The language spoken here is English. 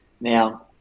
Now